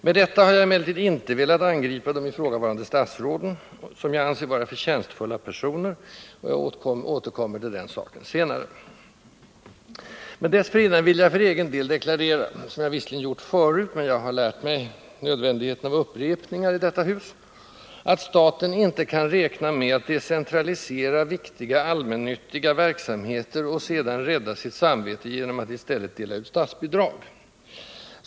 Med detta har jag emellertid inte velat angripa de ifrågavarande statsråden, som jag anser vara förtjänstfulla personer, och jag återkommer till den saken i det följande. Dessförinnan vill jag för egen del deklarera, som jag visserligen gjort förut —men jag har lärt mig nödvändigheten av upprepningar i detta hus— att staten inte kan räkna med att decentralisera viktiga allmännyttiga verksamheter och sedan rädda sitt samvete genom att i stället dela ut statsbidrag.